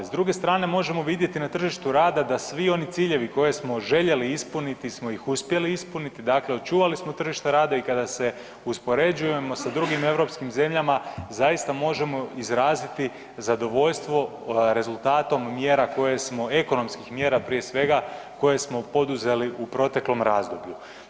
S druge strane možemo vidjeti na tržištu rada da svi oni ciljevi koje smo željeli ispuniti smo ih uspjeli ispuniti, dakle očuvali smo tržište rada i kada se uspoređujemo s drugim europskim zemljama, zaista možemo izraziti zadovoljstvo rezultatom mjera koje smo, ekonomskih mjera prije svega, koje smo poduzeli u proteklom razdoblju.